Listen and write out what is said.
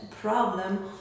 problem